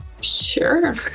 Sure